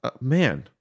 man